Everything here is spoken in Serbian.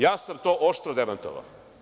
Ja sam to oštro demantovao.